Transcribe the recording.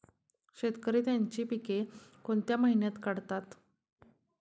शेतकरी त्यांची पीके कोणत्या महिन्यात काढतात?